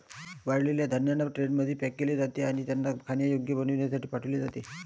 वाळलेल्या धान्यांना ट्रेनमध्ये पॅक केले जाते आणि त्यांना खाण्यायोग्य बनविण्यासाठी पाठविले जाते